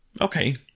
Okay